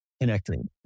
connecting